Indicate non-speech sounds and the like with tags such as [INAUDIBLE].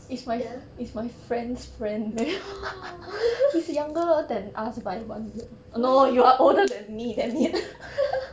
ya [BREATH] [LAUGHS] no [LAUGHS]